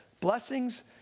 blessings